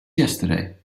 yesterday